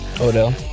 Odell